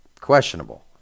questionable